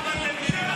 ממש.